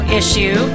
issue